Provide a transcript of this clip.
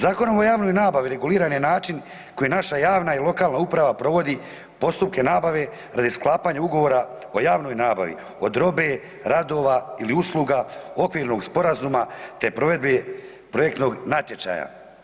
Zakonom o javnoj nabavi reguliran je na način kojim naša javna i lokalna uprava provodi postupke nabave radi sklapanja ugovora o javnoj nabavi od robe, radova ili usluga okvirnog sporazuma te provedbe projektnog natječaja.